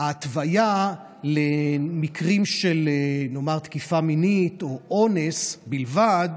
ההתוויה למקרים של נאמר תקיפה מינית או אונס בלבד,